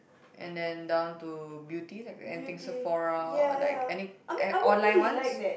and then down to beauty like anything Sephora or like any and online ones